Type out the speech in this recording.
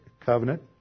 covenant